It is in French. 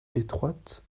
étroites